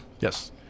Yes